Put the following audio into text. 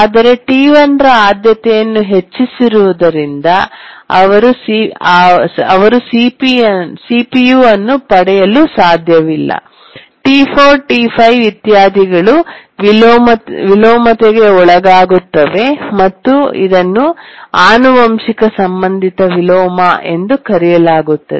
ಆದರೆ T1 ರ ಆದ್ಯತೆಯನ್ನು ಹೆಚ್ಚಿಸಿರುವುದರಿಂದ ಅವರು ಸಿಪಿಯು ಪಡೆಯಲು ಸಾಧ್ಯವಿಲ್ಲ T4 T5 ಇತ್ಯಾದಿಗಳು ವಿಲೋಮತೆಗೆ ಒಳಗಾಗುತ್ತವೆ ಮತ್ತು ಇದನ್ನು ಆನುವಂಶಿಕ ಸಂಬಂಧಿತ ವಿಲೋಮ ಎಂದು ಕರೆಯಲಾಗುತ್ತದೆ